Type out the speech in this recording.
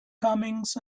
comings